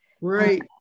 Right